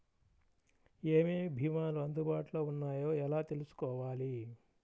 ఏమేమి భీమాలు అందుబాటులో వున్నాయో ఎలా తెలుసుకోవాలి?